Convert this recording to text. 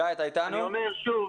למה אתה אומר לא טריוויאלי?